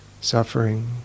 suffering